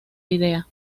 idea